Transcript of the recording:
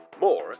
More